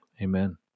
Amen